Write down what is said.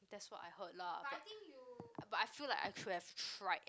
that's what I heard lah but but I feel like I could have tried